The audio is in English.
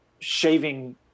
shaving